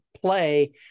play